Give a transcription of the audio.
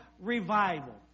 revival